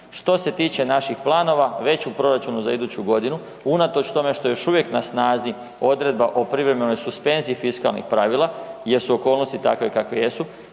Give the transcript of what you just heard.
Što se tiče naših planova, već u proračunu za iduću godinu unatoč tome što je još uvijek na snazi odredba o privremenoj suspenziji fiskalnih pravila jer su okolnosti takve kakve jesu,